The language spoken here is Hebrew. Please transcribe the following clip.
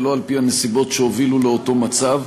ולא על-פי הנסיבות שהובילו לאותו מצב.